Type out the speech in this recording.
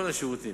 כל השירותים.